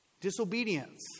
Disobedience